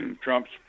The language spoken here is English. Trump's